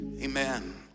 Amen